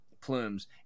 plumes